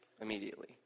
immediately